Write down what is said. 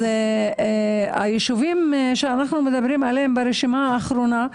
היישובים שאנחנו מדברים עליהם ברשימה האחרונה,